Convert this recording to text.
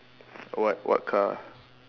what what car